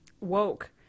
woke